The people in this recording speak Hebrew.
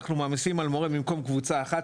אנחנו מעמיסים על מורה במקום קבוצה אחת,